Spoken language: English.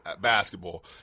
basketball